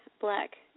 black